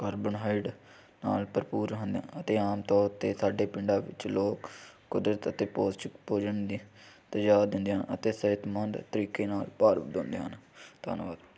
carbohydrate ਨਾਲ ਭਰਪੂਰ ਹਨ ਅਤੇ ਆਮ ਤੌਰ 'ਤੇ ਸਾਡੇ ਪਿੰਡਾਂ ਵਿੱਚ ਲੋਕ ਕੁਦਰਤ ਅਤੇ ਪੋਸ਼ਟਿਕ ਭੋਜਨ ਨੇ ਤਾਂ ਯਾਦ ਦਿੰਦਿਆਂ ਅਤੇ ਸਿਹਤਮੰਦ ਤਰੀਕੇ ਨਾਲ ਭਾਰ ਵਧਾਉਂਦੇ ਹਨ ਧੰਨਵਾਦ